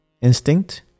instinct